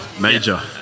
Major